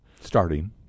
Starting